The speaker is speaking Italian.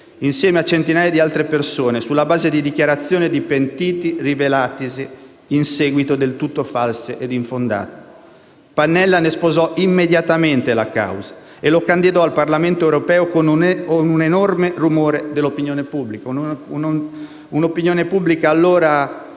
insieme a centinaia di altre persone, sulla base di dichiarazioni di pentiti rivelatesi in seguito del tutto false e infondate. Pannella ne sposò immediatamente la causa, e lo candidò al Parlamento europeo con un enorme rumore dell'opinione pubblica: